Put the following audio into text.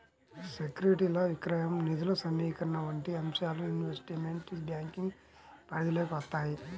సెక్యూరిటీల విక్రయం, నిధుల సమీకరణ వంటి అంశాలు ఇన్వెస్ట్మెంట్ బ్యాంకింగ్ పరిధిలోకి వత్తాయి